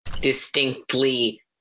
distinctly